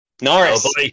Norris